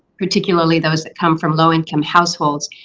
particularly those that come from low income households.